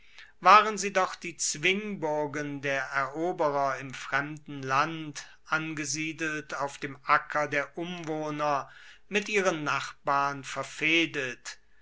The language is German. waren sie doch die zwingburgen der eroberer im fremden land angesiedelt auf dem acker der umwohner mit ihren nachbarn verfehdet